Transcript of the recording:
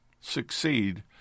succeed